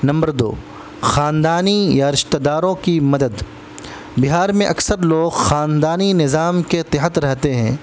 number دو خاندانی یا رشتہ داروں کی مدد بہار میں اکثر لوگ خاندانی نظام کے تحت رہتے ہیں